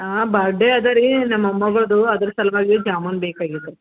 ಹಾಂ ಬರ್ಡೇ ಅದ ರೀ ನಮ್ಮ ಮೊಮ್ಮಗಳದು ಅದ್ರ ಸಲುವಾಗಿ ಜಾಮೂನು ಬೇಕಾಗಿತ್ತು ರೀ